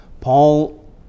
Paul